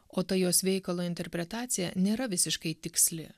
o ta jos veikalo interpretacija nėra visiškai tiksli